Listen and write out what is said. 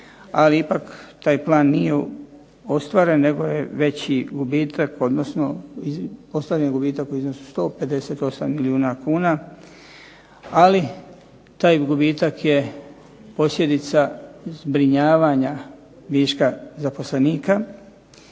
ali ipak taj plan nije ostvaren nego je veći gubitak odnosno ostvaren je gubitak u iznosu 158 milijuna kuna. Ali taj gubitak je posljedica zbrinjavanja viška zaposlenika,